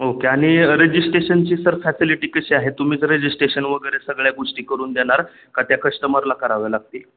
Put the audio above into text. okay आणि रजिस्ट्रेशनची sir facility कशी आहे तुम्हीच रजिस्ट्रेशन वगैरे सगळ्या गोष्टी करून देणार का त्या कस्टमरला कराव्या लागतील